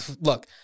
look